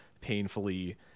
painfully